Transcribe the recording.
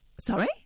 Sorry